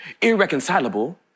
irreconcilable